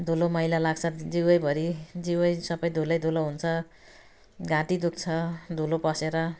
धुलो मैला लाग्छ जिउभरि जिउ सब धुलै धुलो हुन्छ घाँटी दुख्छ धुलो पसेर